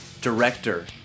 director